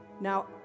Now